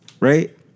right